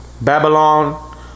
Babylon